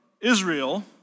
Israel